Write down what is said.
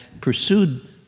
pursued